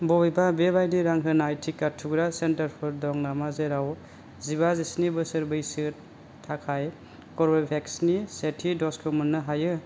बबेबा बेबादि रां होनाय टिका थुग्रा सेन्टारफोर दं नामा जेराव जिबा जिस्नि बोसोर बैसो थाखाय कर्वेभेक्सनि सेथि द'जखौ मोन्नो हायो